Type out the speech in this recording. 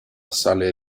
assale